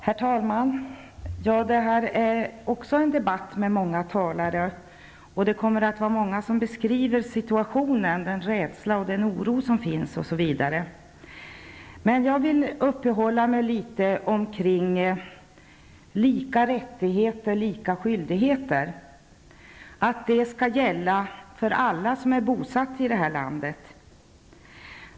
Herr talman! Också detta är en debatt med många talare. Många kommer att beskriva situationen, den oro och rädsla som finns osv. Jag vill uppehålla mig litet kring det faktum att lika rättigheter och lika skyldigheter skall gälla för alla som är bosatta i detta land.